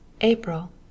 April